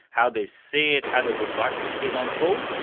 how they see it, how they would like to see it unfold.